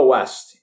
West